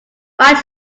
right